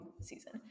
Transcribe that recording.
season